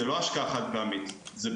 זאת לא השקעה חד פעמית,